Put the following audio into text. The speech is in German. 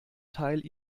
teil